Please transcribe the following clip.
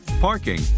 parking